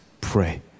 pray